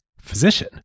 physician